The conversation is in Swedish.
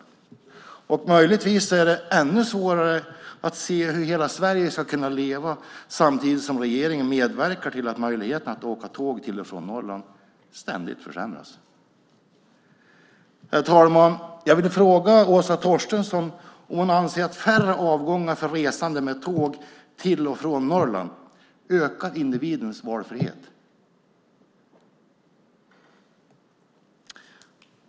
Det är möjligtvis ännu svårare att se hur hela Sverige ska kunna leva samtidigt som regeringen medverkar till att möjligheten att åka tåg till och från Norrland ständigt försämras. Herr talman! Jag vill fråga Åsa Torstensson om hon anser att färre avgångar för resande med tåg till och från Norrland ökar individens valfrihet.